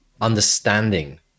understanding